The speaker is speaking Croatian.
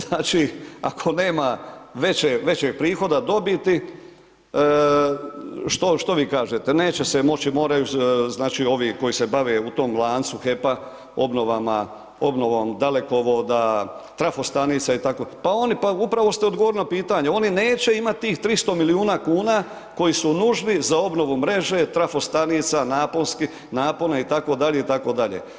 Znači ako nema većeg prihoda dobiti što vi kažete neće se moći, moraju znači ovi koji se bave u tom lancu HEP-a obnovama, obnovom dalekovoda, trafostanica itd., pa upravo ste odgovorili na potanje oni neće imati tih 300 milijuna kuna koji su nužni za obnovu mreže, trafostanica, napona itd., itd.